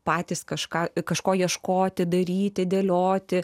patys kažką kažko ieškoti daryti dėlioti